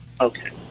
Okay